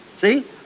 See